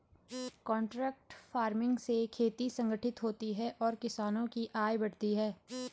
contract farming से खेती संगठित होती है और किसानों की आय बढ़ती है